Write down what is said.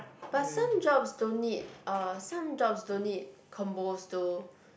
but some jobs don't need uh some jobs don't need combos to